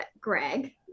Greg